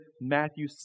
Matthew